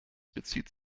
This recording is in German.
bezieht